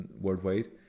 worldwide